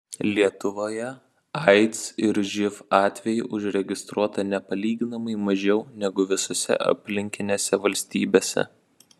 lietuvoje aids ir živ atvejų užregistruota nepalyginamai mažiau negu visose aplinkinėse valstybėse